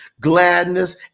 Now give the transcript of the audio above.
gladness